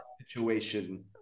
situation